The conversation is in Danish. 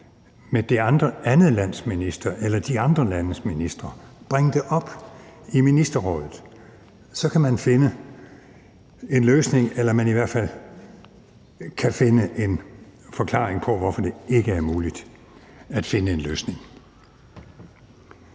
med det andet lands minister eller de andre landes ministre, bringe det op i Ministerrådet. Så kan man finde en løsning, eller man kan i hvert fald finde en forklaring på, hvorfor det ikke er muligt at finde en løsning.